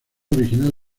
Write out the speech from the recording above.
original